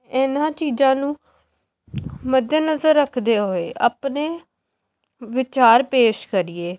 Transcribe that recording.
ਇਹਨਾਂ ਚੀਜ਼ਾਂ ਨੂੰ ਮੱਦੇਨਜ਼ਰ ਰੱਖਦੇ ਹੋਏ ਆਪਣੇ ਵਿਚਾਰ ਪੇਸ਼ ਕਰੀਏ